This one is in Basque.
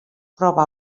proba